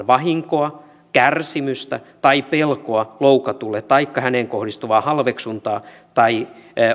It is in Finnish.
vahinkoa kärsimystä tai pelkoa loukatulle taikka häneen kohdistuvaa halveksuntaa tai